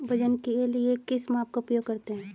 वजन के लिए किस माप का उपयोग करते हैं?